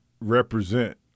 represent